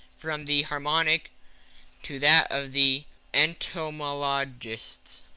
from the harmonic to that of the entomologists,